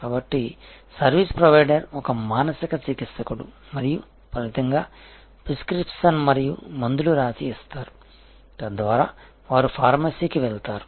కాబట్టి service provider ఒక మానసిక చికిత్సకుడు మరియు ఫలితంగా ప్రిస్క్రిప్షన్ మరియు మందులు రాసి ఇస్తారు తద్వారా వారు ఫార్మసీ కి వెళ్తారు